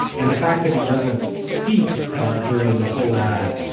and the fact that he doesn't speak during the whole ad,